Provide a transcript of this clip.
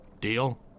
Deal